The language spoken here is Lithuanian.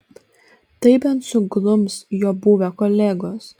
tai bent suglums jo buvę kolegos